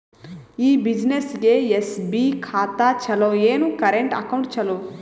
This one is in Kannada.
ಈ ಬ್ಯುಸಿನೆಸ್ಗೆ ಎಸ್.ಬಿ ಖಾತ ಚಲೋ ಏನು, ಕರೆಂಟ್ ಅಕೌಂಟ್ ಚಲೋ?